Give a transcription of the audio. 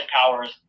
powers